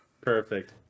Perfect